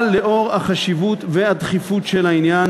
אבל לאור החשיבות והדחיפות של העניין,